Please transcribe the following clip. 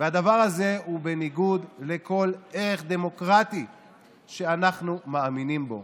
והדבר הזה הוא בניגוד לכל ערך דמוקרטי שאנחנו מאמינים בו.